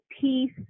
peace